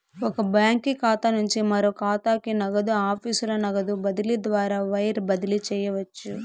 ఒక బాంకీ ఖాతా నుంచి మరో కాతాకి, నగదు ఆఫీసుల నగదు బదిలీ ద్వారా వైర్ బదిలీ చేయవచ్చు